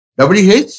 WH